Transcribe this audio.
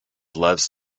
loves